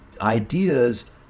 ideas